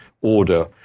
order